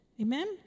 Amen